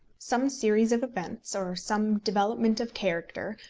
some series of events, or some development of character,